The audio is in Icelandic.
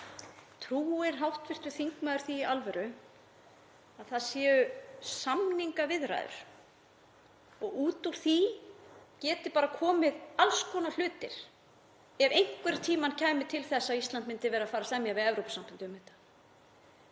Trúir hv. þingmaður því í alvöru að það séu samningaviðræður og út úr því geti bara komið alls konar hlutir ef einhvern tímann kæmi til þess að Ísland myndi vera að fara að semja við Evrópusambandið um þetta?